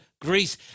Greece